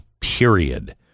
period